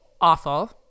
awful